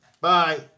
Bye